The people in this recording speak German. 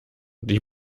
die